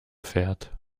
fährt